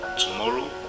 tomorrow